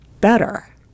better